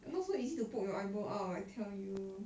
not so easy to poke your eyeball out I tell you